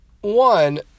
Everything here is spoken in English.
one